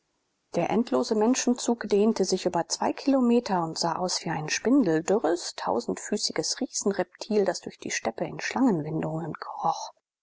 der endlose menschenzug dehnte sich über zwei kilometer und sah aus wie ein spindeldürres tausendfüßiges riesenreptil das durch die steppe in schlangenwindungen kroch